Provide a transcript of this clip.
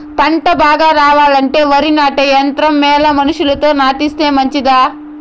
పంట బాగా రావాలంటే వరి నాటే యంత్రం మేలా మనుషులతో నాటిస్తే మంచిదా?